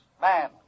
man